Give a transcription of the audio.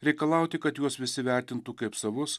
reikalauti kad juos visi vertintų kaip savus